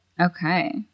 Okay